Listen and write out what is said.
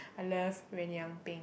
I love Yuenyeung Peng